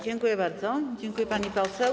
Dziękuję bardzo, dziękuję, pani poseł.